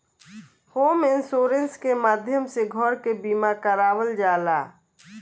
home insurance के माध्यम से घर के बीमा करावल जाला